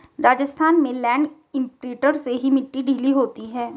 राजस्थान में land imprinter से ही मिट्टी ढीली होती है